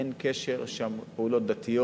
אין קשר פעולות דתיות.